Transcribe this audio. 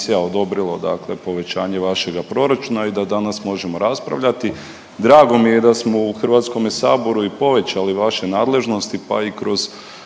dakle povećanje vašega proračuna i da danas možemo raspravljati. Drago mi je da smo u HS i povećali vaše nadležnosti, pa i kroz